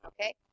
okay